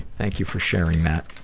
thank you for sharing that.